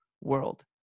world